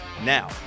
Now